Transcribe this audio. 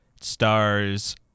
Stars